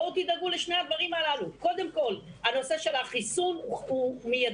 תדאגו לשני הדברים הללו: קודם כול הנושא של החיסון הוא מיידי,